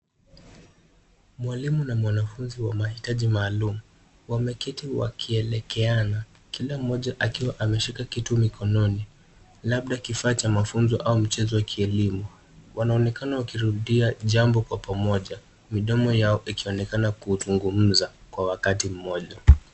Mwalimu na mwanafunzi wa mahitaji maalum wameketi wakielekeana, kila mmoja akiwa ameshika kitu mikononi labda kifaa cha mafunzo au mchezo wa kielimu. Wanaonekana wakirudia jambo kwa pamoja, midomo yao ikionekana kuzungumza kwa wakati mmoja.